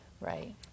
Right